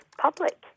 public